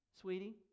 Sweetie